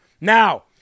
Now